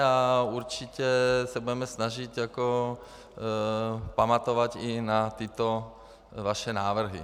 A určitě se budeme snažit pamatovat i na tyto vaše návrhy.